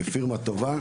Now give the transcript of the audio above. פירמה טובה,